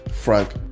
Frank